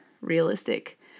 realistic